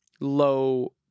low